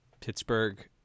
Pittsburgh